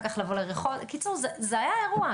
זה היה אירוע.